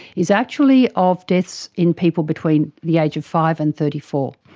is actually of deaths in people between the age of five and thirty four.